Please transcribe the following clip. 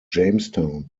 jamestown